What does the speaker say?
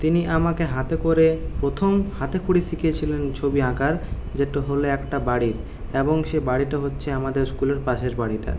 তিনি আমাকে হাতে করে প্রথম হাতেখড়ি শিখিয়েছিলেন ছবি আঁকার যেটা হল একটা বাড়ির এবং সেই বাড়িটা হচ্ছে আমাদের স্কুলের পাশের বাড়িটা